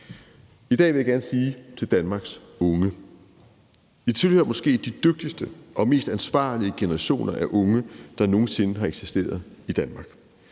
I dag vil jeg gerne sige til Danmarks unge: I tilhører måske de dygtigste og mest ansvarlige generationer af unge, der nogen sinde har eksisteret i Danmark.